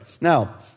Now